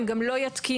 הם גם לא יתקינו,